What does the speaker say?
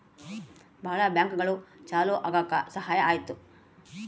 ಭಾಳ ಬ್ಯಾಂಕ್ಗಳು ಚಾಲೂ ಆಗಕ್ ಸಹಾಯ ಆಯ್ತು